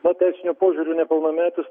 na teisiniu požiūriu nepilnametis